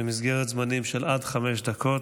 במסגרת זמנים של עד חמש דקות.